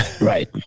right